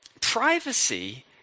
privacy